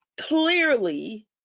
clearly